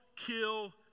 Kill